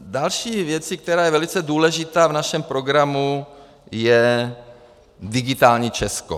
Další věcí, která je velice důležitá v našem programu, je digitální Česko.